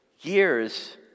years